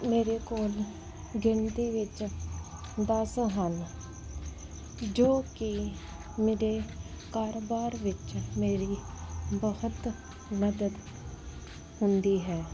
ਮੇਰੇ ਕੋਲ ਗਿਣਤੀ ਵਿੱਚ ਦਸ ਹਨ ਜੋ ਕਿ ਮੇਰੇ ਕਾਰੋਬਾਰ ਵਿੱਚ ਮੇਰੀ ਬਹੁਤ ਮਦਦ ਹੁੰਦੀ ਹੈ